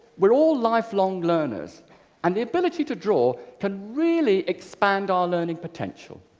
we're all life-long learners and the ability to draw can really expand our learning potential.